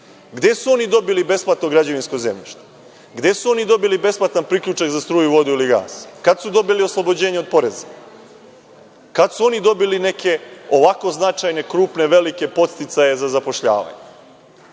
Gde su oni dobili besplatno građevinsko zemljište? Gde su oni dobili besplatan priključak za struju, vodu ili gas? Kada su dobili oslobođenje od poreza? Kada su oni dobili neke ovako značajne, krupne i velike podsticaje za zapošljavanje?